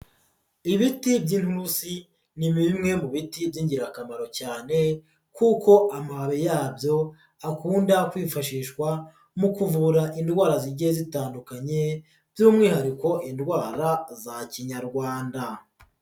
Ibiti by'inurusi ni bimwe mu biti by'ingirakamaro cyane kuko amababi yabyo akunda kwifashishwa mu kuvura indwara zigiye zitandukanye by'umwihariko indwara za kinyarwanda.